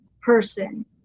person